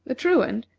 the truant,